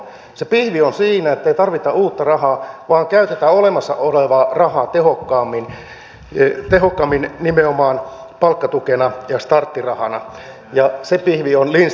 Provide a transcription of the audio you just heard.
se pihvi on siinä ettei tarvita uutta rahaa vaan käytetään olemassa olevaa rahaa tehokkaammin nimenomaan palkkatukena ja starttirahana ja se pihvi on lindströmin pihvi